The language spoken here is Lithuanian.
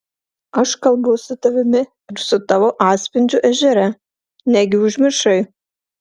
aš kalbu su tavimi ir su tavo atspindžiu ežere negi užmiršai